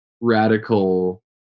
radical